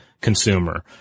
consumer